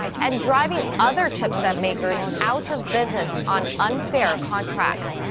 and driving other chipset makers out of business. on unfair contracts.